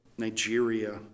Nigeria